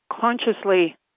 consciously